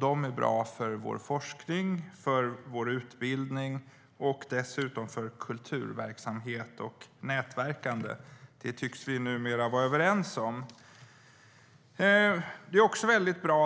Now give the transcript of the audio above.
De är bra för vår forskning, för vår utbildning och dessutom för kulturverksamhet och nätverkande. Det tycks vi numera vara överens om. De är bra också